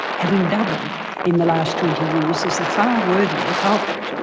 having doubled in the last twenty years, is a far worthier culprit.